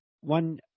one